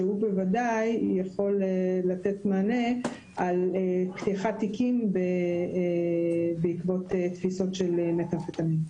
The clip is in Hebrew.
שהוא בוודאי יכול לתת מענה על פתיחת תיקים בעקבות תפיסות של מתאמפטמין.